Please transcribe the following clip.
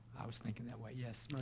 i was thinking that way. yes,